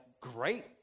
great